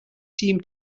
seemed